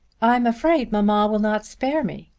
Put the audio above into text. i'm afraid mamma will not spare me.